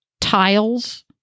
tiles